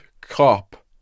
cop